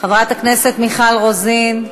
חברת הכנסת מיכל רוזין,